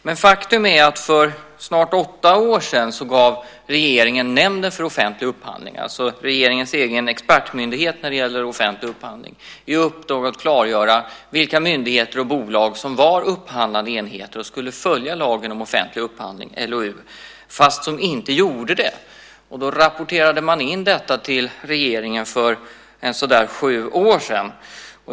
Men faktum är att regeringen för snart åtta år sedan gav Nämnden för offentlig upphandling, alltså regeringens egen expertmyndighet när det gäller offentlig upphandling, i uppdrag att klargöra vilka myndigheter och bolag som var upphandlande enheter och skulle följa lagen om offentlig upphandling, LOU, fast de inte gjorde det. Då rapporterade man in detta till regeringen för omkring sju år sedan.